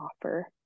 offer